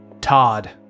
Todd